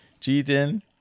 Cheating